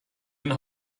and